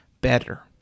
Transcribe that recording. better